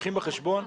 אז